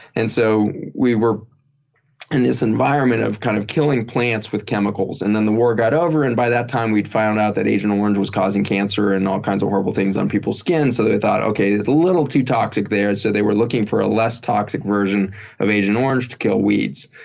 and so we were in this environment of kind of killing plants with chemicals. and then, the war got over. and by that time, we found out that agent orange was causing cancer and all kinds of horrible things on people's skins. they thought, okay. it's a little too toxic there. and so they were looking for a less toxic version of agent orange to kill weeds.